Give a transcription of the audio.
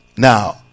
Now